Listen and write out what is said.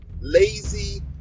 lazy